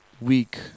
week